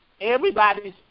everybody's